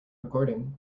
recording